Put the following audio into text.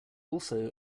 also